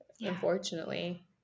unfortunately